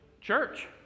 church